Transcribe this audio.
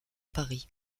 paris